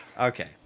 Okay